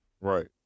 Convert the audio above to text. Right